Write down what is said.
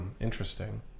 interesting